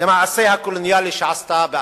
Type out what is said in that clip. למעשה הקולוניאלי שעשתה בארצנו.